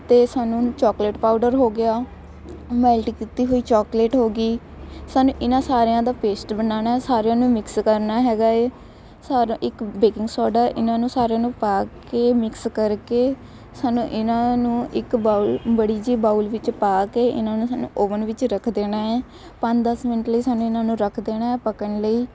ਅਤੇ ਸਾਨੂੰ chocolate powder ਹੋ ਗਿਆ ਮੈਲਟ ਕੀਤੀ ਹੋਈ ਚੋਕਲੇਟ ਹੋ ਗਈ ਸਾਨੂੰ ਇਹਨਾਂ ਸਾਰਿਆਂ ਦਾ ਪੇਸਟ ਬਣਾਉਣਾ ਸਾਰਿਆਂ ਨੂੰ ਮਿਕਸ ਕਰਨਾ ਹੈਗਾ ਏ ਸਾਰੇ ਇੱਕ ਬੇਕਿੰਗ ਸੋਡਾ ਇਹਨਾਂ ਨੂੰ ਸਾਰਿਆਂ ਨੂੰ ਪਾ ਕੇ ਮਿਕਸ ਕਰਕੇ ਸਾਨੂੰ ਇਹਨਾਂ ਨੂੰ ਇੱਕ ਬਾਉਲ ਬੜੀ ਜਿਹੀ ਬਾਉਲ ਵਿੱਚ ਪਾ ਕੇ ਇਹਨਾਂ ਨੂੰ ਸਾਨੂੰ ਓਵਨ ਵਿੱਚ ਰੱਖ ਦੇਣਾ ਏ ਪੰਜ ਦਸ ਮਿੰਟ ਲਈ ਸਾਨੂੰ ਇਹਨਾਂ ਨੂੰ ਰੱਖ ਦੇਣਾ ਪੱਕਣ ਲਈ